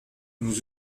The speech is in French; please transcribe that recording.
nous